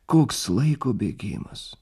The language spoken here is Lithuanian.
koks laiko bėgimas